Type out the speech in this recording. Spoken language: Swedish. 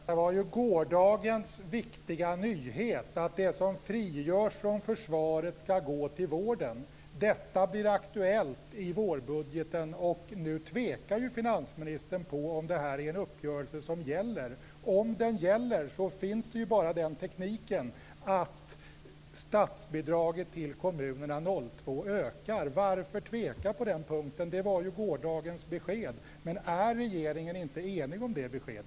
Fru talman! Men det var ju gårdagens viktiga nyhet att det som frigörs från försvaret skall gå till vården, att detta blir aktuellt i vårbudgeten. Nu tvekar ju finansministern om ifall detta är en uppgörelse som gäller. Om den gäller finns ju bara den tekniken att statsbidraget till kommunerna år 2002 ökar. Varför tveka på den punkten? Det var ju gårdagens besked. Är regeringen inte enig om detta besked?